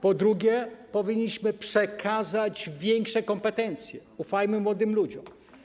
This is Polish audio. Po drugie, powinniśmy przekazać większe kompetencje, ufajmy młodym ludziom.